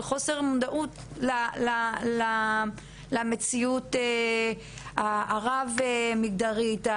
חוסר מודעות למציאות הרב מגדרית,